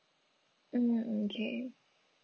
mm okay